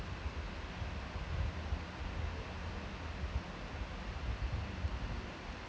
no